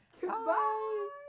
Goodbye